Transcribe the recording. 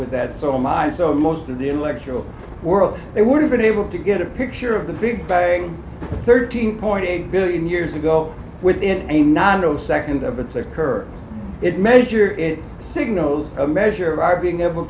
with that sort of mind so most of the intellectual world they would have been able to get a picture of the big bang thirteen point eight billion years ago within a nano second of its occur it measure it signals a measure of our being able